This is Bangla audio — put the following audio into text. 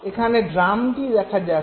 এখানে ড্রামটি দেখা যাচ্ছে